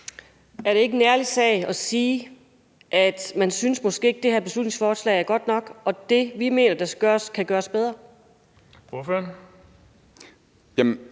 Er det ikke en ærlig sag at sige, at man måske ikke synes, at det her beslutningsforslag er godt nok, og at det, vi mener der skal gøres,